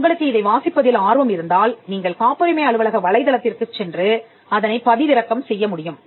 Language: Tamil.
உங்களுக்கு இதை வாசிப்பதில் ஆர்வம் இருந்தால் நீங்கள் காப்புரிமை அலுவலக வலைதளத்திற்குச் சென்று அதனைப் பதிவிறக்கம் செய்ய முடியும்